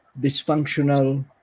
dysfunctional